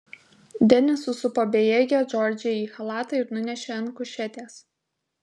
denis susupo bejėgę džordžiją į chalatą ir nunešė ant kušetės